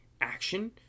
action